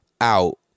out